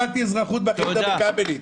לא למדתי אזרחות בישיבת קמניץ.